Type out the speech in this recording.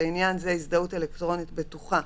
-- לעניין זה - "הזדהות אלקטרונית בטוחה"